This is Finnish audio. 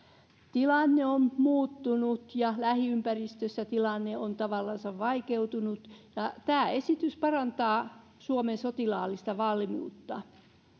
tilanne on muuttunut ja lähiympäristössä tilanne on tavallansa vaikeutunut tämä esitys parantaa suomen sotilaallista valmiutta